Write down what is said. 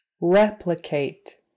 Replicate